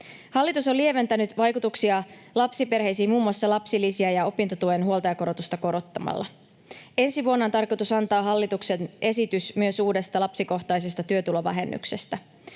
Hallitus on lieventänyt vaikutuksia lapsiperheisiin muun muassa lapsilisiä ja opintotuen huoltajakorotusta korottamalla. Ensi vuonna on tarkoitus antaa hallituksen esitys myös uudesta lapsikohtaisesta työtulovähennyksestä.